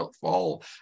fall